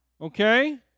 Okay